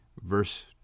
Verse